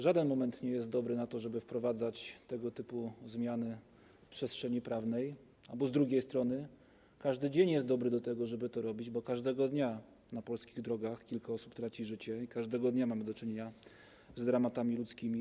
Żaden moment nie jest dobry na to, żeby wprowadzać tego typu zmiany w przestrzeni prawnej albo, z drugiej strony, każdy dzień jest dobry, żeby to robić, bo każdego dnia na polskich drogach kilka osób traci życie, każdego dnia mamy do czynienia z dramatami ludzkimi.